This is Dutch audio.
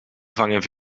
vangen